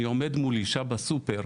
אני עומד מול אישה בסופר,